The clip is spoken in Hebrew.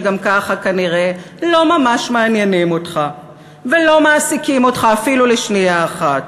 שגם ככה כנראה לא ממש מעניינים אותך ולא מעסיקים אותך אפילו שנייה אחת,